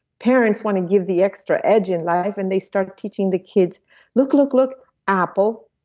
parents want to give the extra edge in life and they start teaching the kids look, look, look apple,